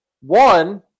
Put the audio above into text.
One